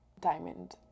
diamond